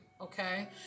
Okay